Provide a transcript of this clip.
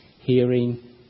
hearing